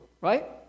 right